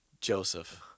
Joseph